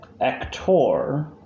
Actor